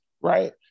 right